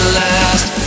last